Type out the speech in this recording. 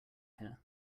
here